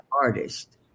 artist